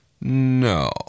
No